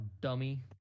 dummy